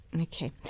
okay